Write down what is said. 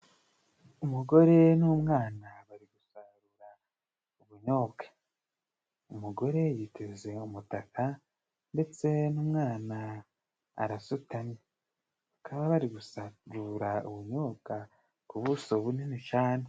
Umugore n'umwana bari gusarura ubunyobwa. Umugore yiteze umutaka, ndetse n'umwana arasutamye bakaba bari gusarura ubunyobwa ku buso bunini cane.